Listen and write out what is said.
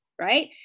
right